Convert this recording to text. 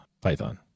Python